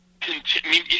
continue